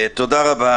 תודה רבה.